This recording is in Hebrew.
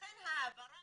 לכן ההעברה